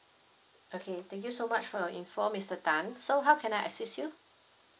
okay thank you so much for your info mister tan so how can I assist you